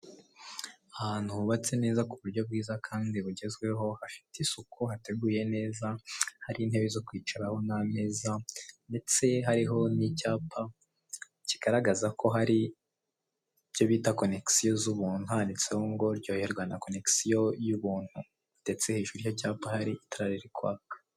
Ahantu hubatse neza ku buryo bwiza kandi bugezweho hafite isuku hateguye neza, hari intebe zo kwicaraho n'ameza ndetse hariho n'icyapa kigaragaza ko hari icyo bita konegisiyo z'ubuntu handitseho ngo ryoherwa na konegisiyo y'ubuntu, ndetse hejuru y'icyo cyapa hari itara riri kwaka.